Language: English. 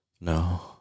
No